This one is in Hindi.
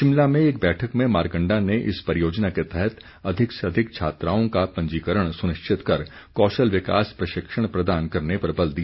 शिमला में एक बैठक में मारकण्डा ने इस परियोजना के तहत अधिक से अधिक छात्राओं का पंजीकरण सुनिश्चित कर कौशल विकास प्रशिक्षण प्रदान करने पर बल दिया